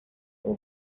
all